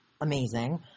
amazing